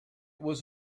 was